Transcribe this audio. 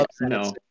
no